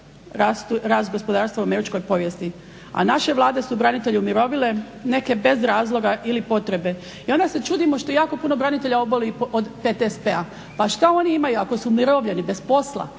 rast gospodarstva u američkoj povijesti. A naše vlade su branitelje umirovile, neke bez razloga ili potrebe i onda se čudimo što jako puno branitelja oboli od PTSP-a. Pa što oni imaju ako su umirovljeni, bez posla.